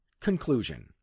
Conclusion